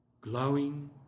glowing